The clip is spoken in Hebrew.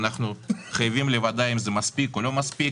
ואנחנו חייבים לוודא אם זה מספיק או לא מספיק,